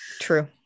True